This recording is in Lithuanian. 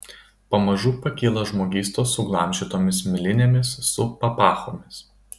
pamažu pakyla žmogystos suglamžytomis milinėmis su papachomis